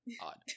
Odd